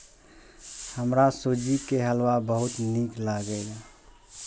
हमरा सूजी के हलुआ बहुत नीक लागैए